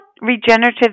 regenerative